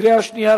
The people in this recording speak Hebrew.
קריאה שנייה,